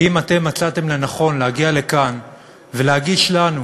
כי אם אתם מצאתם לנכון להגיע לכאן ולהגיש לנו,